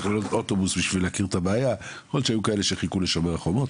יכול להיות שהיו כאלה שחיכו ל'שומר חומות',